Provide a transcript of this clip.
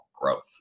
growth